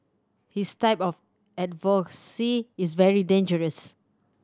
his type of advocacy is very dangerous